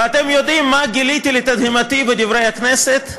ואתם יודעים מה גיליתי לתדהמתי בדברי הכנסת?